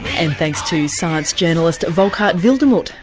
and thanks to science journalist volkart wildermuth,